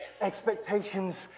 expectations